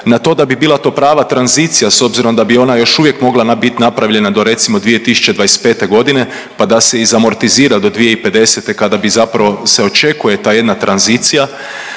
na to da bi bila to prava tranzicija s obzirom da bi ona još uvijek mogla bit napravljena do recimo, 2025. g. pa da se izamortizira do 2050. kada bi zapravo se očekuje ta jedna tranzicija,